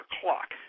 clock